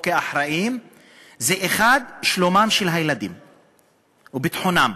או כאחראים לשלומם של הילדים וביטחונם,